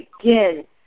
begin